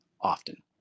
often